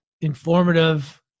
informative